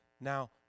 Now